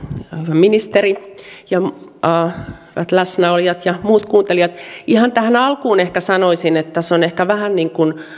ministeri hyvät läsnäolijat ja muut kuuntelijat ihan tähän alkuun ehkä sanoisin että tässä on ehkä vähän niin kuin